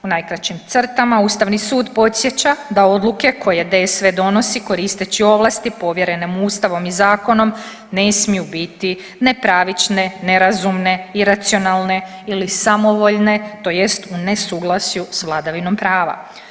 U najkraćim crtama ustavni sud podsjeća da odluke koje DSV donosi koristeći ovlasti povjerene mu ustavom i zakonom ne smiju biti nepravične, nerazumne, iracionalne ili samovoljne tj. u nesuglasju s vladavinom prava.